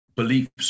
beliefs